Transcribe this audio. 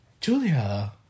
Julia